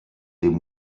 dem